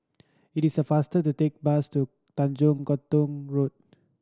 it is faster to take bus to Tanjong Katong Road